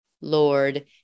Lord